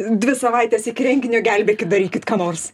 dvi savaites iki renginio gelbėkit darykit ką nors